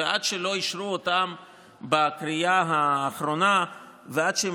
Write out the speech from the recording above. ועד שלא אישרו אותם בקריאה האחרונה ועד שהם